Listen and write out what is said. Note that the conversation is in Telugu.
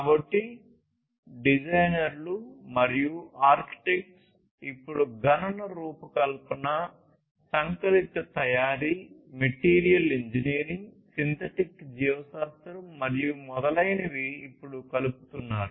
కాబట్టి డిజైనర్లు మరియు architects ఇప్పుడు గణన రూపకల్పన మెటీరియల్ ఇంజనీరింగ్ సింథటిక్ జీవశాస్త్రం మరియు మొదలైనవి ఇప్పుడు కలుపుతున్నారు